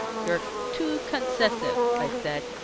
you're too concessive i said,